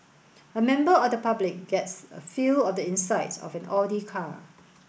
a member of the public gets a feel of the inside of an Audi car